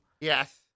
Yes